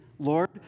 Lord